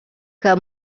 que